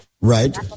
Right